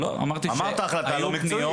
אמרת החלטה לא מקצועית.